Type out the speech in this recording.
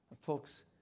Folks